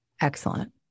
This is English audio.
Excellent